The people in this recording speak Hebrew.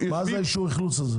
מה זה אישור אכלוס?